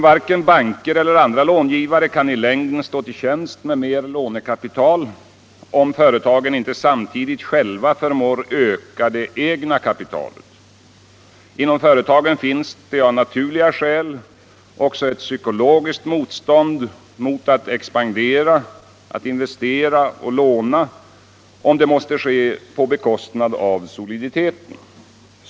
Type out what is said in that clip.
Varken banker eller andra långivare kan i längden stå till tjänst med mer lånekapital, om företagen inte samtidigt själva förmår öka det egna kapitalet. Inom företagen finns det av naturliga skäl också ett psykologiskt motstånd mot att expandera, investera och låna, om det måste ske på bekostnad av soliditeten.